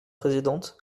présidente